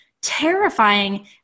terrifying